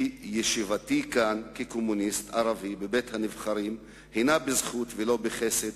כי ישיבתי כאן כקומוניסט ערבי בבית-הנבחרים הינה בזכות ולא בחסד.